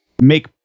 make